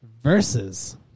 Versus